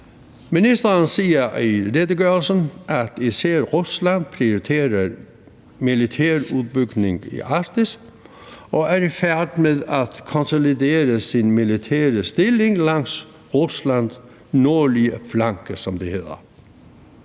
Ministeren siger i redegørelsen, at især Rusland prioriterer militær udbygning i Arktis og er i færd med at konsolidere sin militære stilling langs Ruslands nordlige flanke, som det hedder.